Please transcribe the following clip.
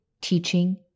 teaching